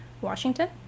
Washington